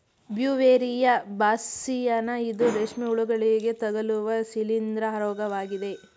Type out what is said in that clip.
Beauveria bassiana ಇದು ರೇಷ್ಮೆ ಹುಳುಗಳಿಗೆ ತಗಲುವ ಶಿಲೀಂದ್ರ ರೋಗವಾಗಿದೆ